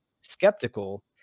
skeptical